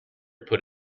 put